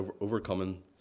overcoming